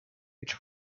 which